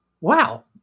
wow